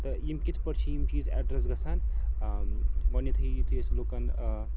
تہٕ یِم کِتھ پٲٹھۍ چھِ یِم چیٖز اٮ۪ڈرٮ۪س گژھان گۄڈٕنٮ۪تھٕے یُتھُے أسۍ لُکَن